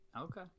Okay